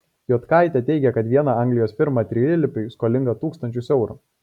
jotkaitė teigė kad viena anglijos firma trilypiui skolinga tūkstančius eurų